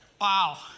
Wow